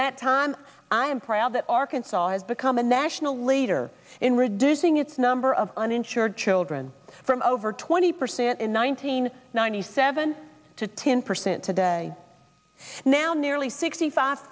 that time i am proud that arkansas has become a national leader in reducing its number of uninsured children from over twenty percent in one thousand nine hundred seven to ten percent today now nearly sixty five